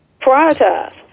Prioritize